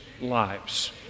lives